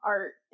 Art